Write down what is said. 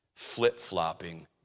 flip-flopping